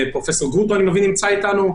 אני מבין שפרופ' גרוטו נמצא אתנו,